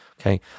Okay